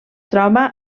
troba